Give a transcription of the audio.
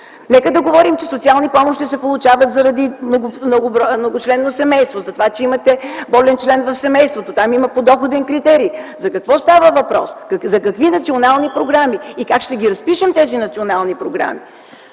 Нека да говорим, че социални помощи се получават при многочленно семейство, когато имате болен член от семейството, има подоходен критерий. За какво става въпрос, за какви национални програми? Как ще разпишем тези национални програми?!